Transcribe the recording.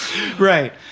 Right